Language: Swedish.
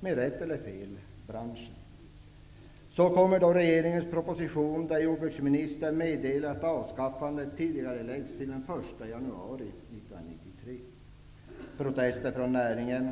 rätt eller fel, branschen. Så kommer regeringens proposition där jordbruksministern meddelar att avskaffandet tidigareläggs till den 1 januari 1993. Det kom protester från näringen.